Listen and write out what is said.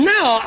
Now